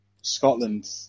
Scotland